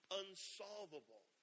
unsolvable